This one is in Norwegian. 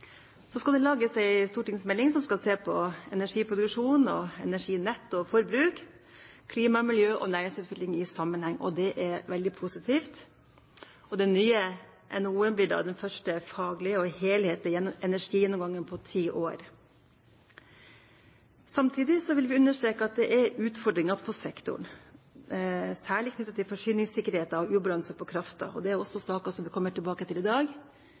Så skal det lages en stortingsmelding som skal se på energiproduksjon, energinett, energiforbruk, klima, miljø og næringsutvikling i sammenheng. Det er veldig positivt. Den nye NOU-en blir da den første faglige og helhetlige energigjennomgangen på ti år. Samtidig vil vi understreke at det er utfordringer på sektoren, særlig knyttet til forsyningssikkerhet og ubalanse når det gjelder kraft. Det er saker som vi kommer tilbake til i dag.